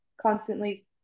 constantly